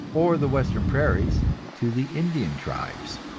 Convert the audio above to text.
or the western prairies to the indian tribes.